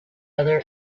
other